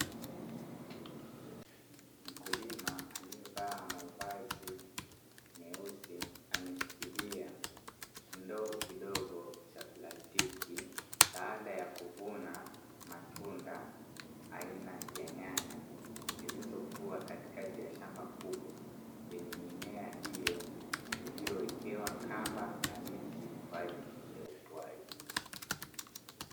Mkulima aliyevaa mavazi meusi ameshikilia kindoo kidogo cha plastiki baada ya kuvuna matunda aina ya nyanya, zilizokua katikati ya shamba kubwa lenye mimea hiyo iliyowekewa kamba na miti kwa ajili ya ukuaji.